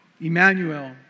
Emmanuel